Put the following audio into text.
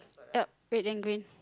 oh red and green